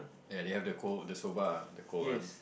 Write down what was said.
ya they have the cold the soba the cold one